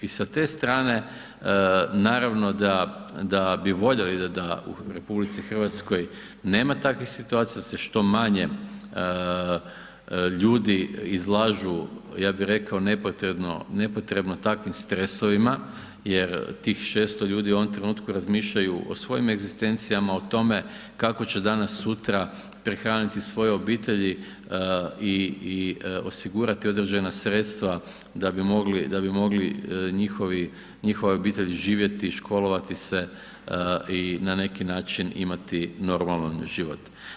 I sa te strane, naravno da bi voljeli da u RH nema takvih situacija da se što manje ljudi izlažu ja bih rekao nepotrebno takvim stresovima jer tih 600 ljudi u ovom trenutku razmišljaju o svojim egzistencijama, o tome kako će danas sutra prehraniti svoje obitelj i osigurati određena sredstva da bi mogli njihove obitelji živjeti, školovati se i na neki način imati normalan život.